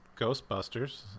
Ghostbusters